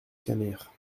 canner